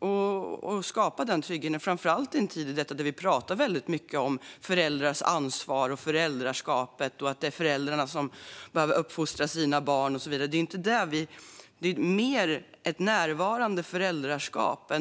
Vi vill framför allt skapa den tryggheten i en tid då det talas mycket om föräldrars ansvar, föräldraskapet och att det är föräldrarna som behöver uppfostra sina barn. Det behövs mer av ett närvarande föräldraskap.